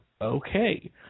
okay